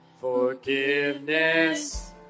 Forgiveness